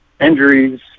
injuries